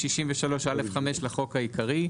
63(א)(5) לחוק העיקרי,